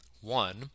One